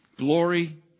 Glory